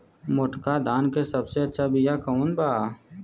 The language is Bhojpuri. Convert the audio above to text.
मोटका धान के सबसे अच्छा बिया कवन बा?